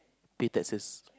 pay taxes